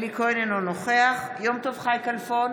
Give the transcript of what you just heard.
אינו נוכח יום טוב חי כלפון,